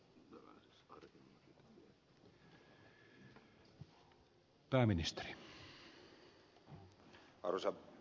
arvoisa puhemies